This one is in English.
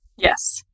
Yes